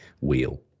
wheel